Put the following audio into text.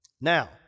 Now